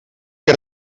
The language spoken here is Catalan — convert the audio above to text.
que